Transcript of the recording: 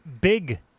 Big